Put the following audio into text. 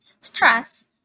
Stress